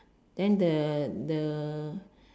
then the the